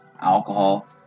alcohol